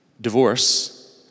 divorce